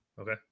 okay